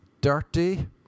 Dirty